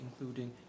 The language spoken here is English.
including